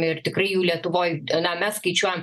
ir tikrai jų lietuvoj na mes skaičiuojam